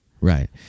right